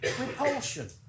repulsion